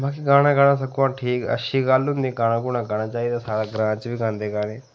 बाकी गाना सगुआं ठीक अच्छी गल्ल होंदी गाना गूना गाना चाहिदा साढ़े ग्रांऽ च बी गांदे गाने